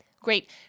great